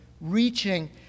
reaching